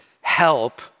help